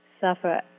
suffer